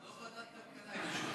זו לא ועדת הכלכלה, היא המשותפת.